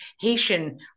Haitian